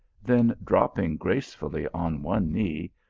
then dropping gracefully on one knee,